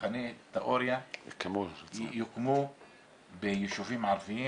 שמבחני תיאוריה יוקמו ביישובים ערביים.